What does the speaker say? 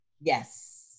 Yes